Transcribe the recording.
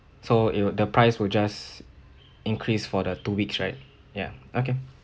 so it will the price will just increase for the two weeks right ya okay